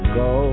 go